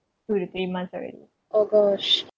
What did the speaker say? two to three months already